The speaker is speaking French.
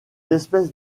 espèces